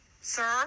Sir